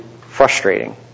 frustrating